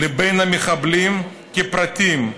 לבין המחבלים כפרטים,